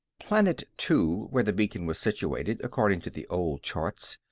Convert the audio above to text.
planet two, where the beacon was situated according to the old charts,